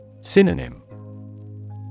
Synonym